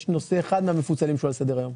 יש נושא אחד מהמפוצלים שהוא לא על סדר היום.